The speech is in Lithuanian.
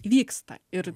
vyksta ir